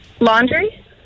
Laundry